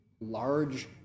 large